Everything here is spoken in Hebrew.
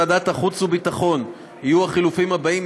בוועדת החוץ וביטחון יהיו החילופים האלה,